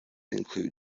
include